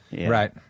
Right